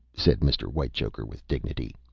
said mr. whitechoker, with dignity,